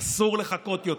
אסור לחכות יותר.